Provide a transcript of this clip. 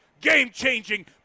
Game-changing